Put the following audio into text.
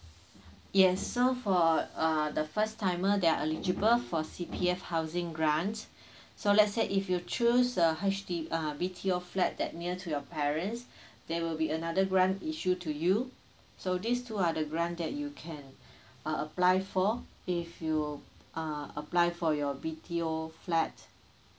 yes so for uh the first timer they are eligible for C_P_F housing grant so let's say if you choose a H_D uh B_T_O flat that near to your parents there will be another grant issue to you so these two are the grant that you can uh apply for if you uh apply for your B_T_O flat